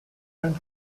and